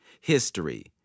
history